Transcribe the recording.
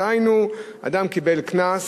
דהיינו, אדם קיבל קנס,